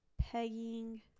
pegging